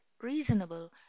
reasonable